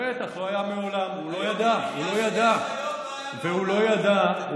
בטח, לא היה מעולם, הוא לא ידע, הוא לא ידע.